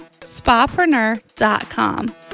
Spapreneur.com